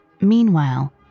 Meanwhile